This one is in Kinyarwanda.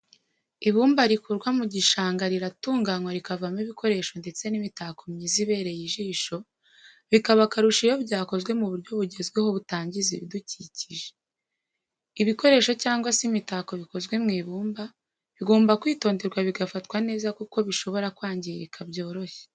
Ibumba rikurwa mu gishanga riratunganywa rikavamo ibikoresho ndetse n'imitako myiza ibereye ijisho bikaba akarusho iyo byakozwe mu buryo bugezweho butangiza ibidukikije. ibikoresho cyangwa se imitako bikozwe mu ibumba bigomba kwitonderwa bigafatwa neza kuko bishobora kwangirika byoroshye.